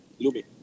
Lumi